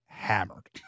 hammered